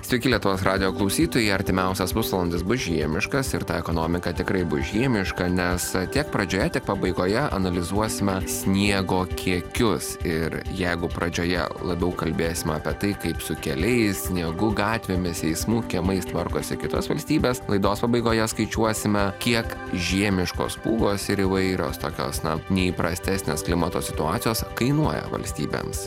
sveiki lietuvos radijo klausytojai artimiausias pusvalandis bus žiemiškas ir ta ekonomika tikrai bus žiemiška nes tiek pradžioje tiek pabaigoje analizuosime sniego kiekius ir jeigu pradžioje labiau kalbėsim apie tai kaip su keliais sniegu gatvėmis eismu kiemais tvarkosi kitos valstybės laidos pabaigoje skaičiuosime kiek žiemiškos pūgos ir įvairios tokios na neįprastesnės klimato situacijos kainuoja valstybėms